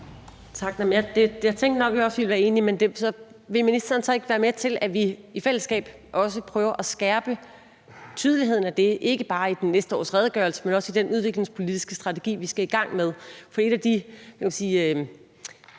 Tak. Jeg tænkte nok også, at vi ville være enige. Men vil ministeren så ikke være med til, at vi i fællesskab også prøver at skærpe tydeligheden af det, ikke bare i næste års redegørelse, men også i den udviklingspolitiske strategi, vi skal i gang med? For et af de, hvad kan man sige,